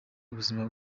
ubuzima